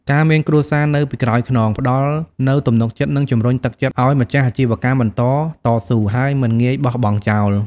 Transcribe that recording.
ការមានគ្រួសារនៅពីក្រោយខ្នង ផ្តល់នូវទំនុកចិត្ត និងជំរុញទឹកចិត្តឲ្យម្ចាស់អាជីវកម្មបន្តតស៊ូ ហើយមិនងាយបោះបង់ចោល។